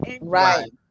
Right